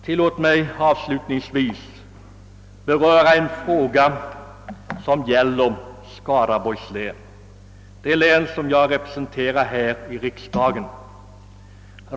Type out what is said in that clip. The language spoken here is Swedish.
Tillåt mig att avslutningsvis beröra en fråga som gäller Skaraborgs län, det län som jag representerar här i riksdagen.